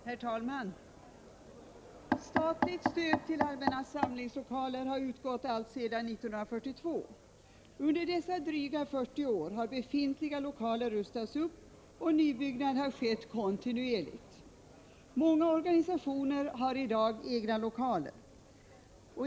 Herr talman! Statligt stöd till allmänna samlingslokaler har utgått sedan 1942. Under dessa dryga 40 år har befintliga lokaler rustats upp och nybyggnad har skett kontinuerligt. Många organisationer har i dag egna lokaler.